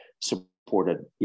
supported